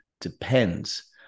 depends